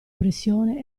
pressione